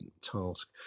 task